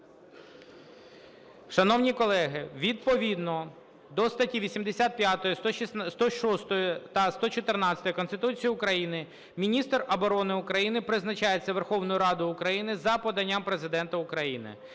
Шановні колеги, відповідно до статті 85, 106 та 114 Конституції України міністр оборони України призначається Верховною Радою України за поданням Президента України.